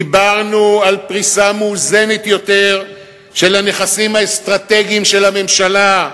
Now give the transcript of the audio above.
דיברנו על פריסה מאוזנת יותר של הנכסים האסטרטגיים של הממשלה,